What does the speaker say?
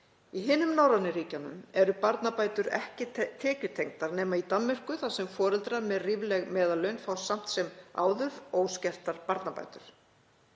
Í hinum norrænu ríkjunum eru barnabætur ekki tekjutengdar nema í Danmörku þar sem foreldrar með rífleg meðallaun fá samt sem áður óskertar barnabætur.